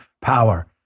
power